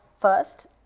first